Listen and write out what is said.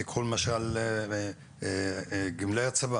תקחו למשל את גמלאי הצבא